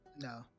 No